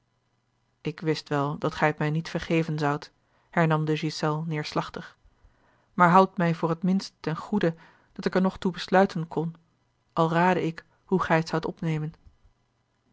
ik wist wel dat gij het mij niet vergeven zoudt hernam de ghiselles neêrslachtig maar houd mij voor t minst ten goede dat ik er nog toe besluiten kon al raadde ik hoe gij het zoudt opnemen